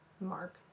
Mark